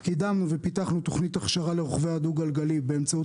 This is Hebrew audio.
קידמנו ופיתחנו תוכנית הכשרה לרוכבי הדו-גלגלי באמצעות